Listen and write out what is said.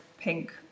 pink